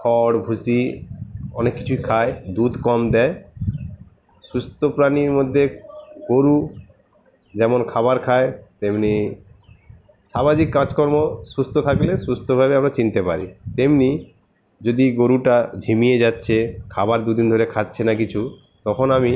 খড় ভুষি অনেক কিছুই খায় দুধ কম দেয় সুস্থ প্রাণীর মধ্যে গরু যেমন খাবার খায় তেমনি সামাজিক কাজকর্ম সুস্থ থাকলে সুস্থভাবে আমরা চিনতে পারি তেমনি যদি গরুটা ঝিমিয়ে যাচ্ছে খাবার দুদিন ধরে খাচ্ছে না কিছু তখন আমি